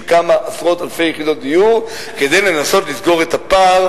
כמה עשרות אלפי יחידות דיור כדי לנסות לסגור את הפער,